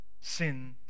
sin